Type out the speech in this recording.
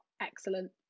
excellent